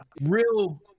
real